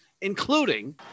including